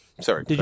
Sorry